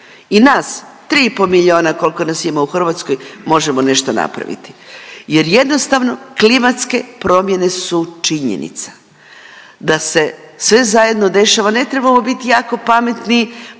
i nas 3,5 miliona koliko nas ima u Hrvatskoj možemo nešto napraviti jer jednostavno klimatske promjene su činjenica. Da se sve zajedno dešava ne trebamo bit jako pametni,